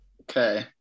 Okay